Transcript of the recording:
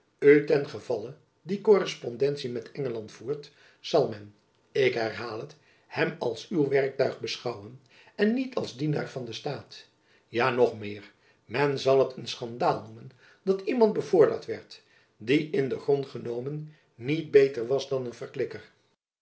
ten gevalle die korrespondentie met engeland voert zal men ik herhaal het hem als uw werktuig beschouwen en niet als dienaar van den staat ja nog meer men zal het een schandaal noemen dat iemand bevorderd werd die in den grond genomen niet beter was dan een verklikker